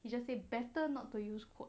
you just say better not to use quote